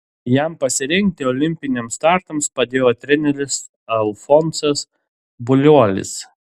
jam pasirengti olimpiniams startams padėjo treneris alfonsas buliuolis